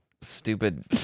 Stupid